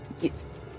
yes